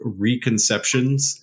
reconceptions